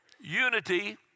Unity